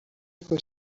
میکشمت